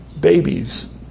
babies